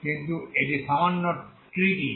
কিন্তু এটি সামান্য ট্রিকি